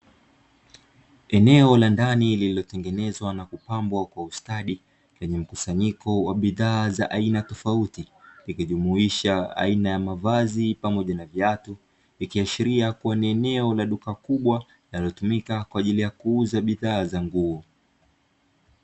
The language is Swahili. Eneo la ndani lililotengenezwa na kupambwa kwa ustadi kwenye mkusanyiko wa bidhaa tofauti, likijumuisha aina ya mavazi pamoja na viatu ikiashiria kuwa ni eneo la duka kubwa linalotumika kwa ajili ya kuuza bidhaa za nguo.